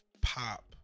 pop